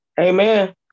Amen